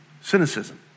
cynicism